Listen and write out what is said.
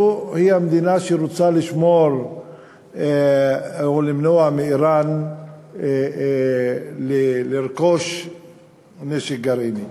המדינה שרוצה לשמור או למנוע מאיראן לרכוש נשק גרעיני.